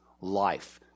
life